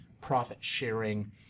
profit-sharing